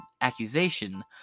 accusation